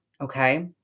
Okay